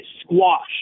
squashed